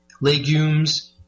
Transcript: legumes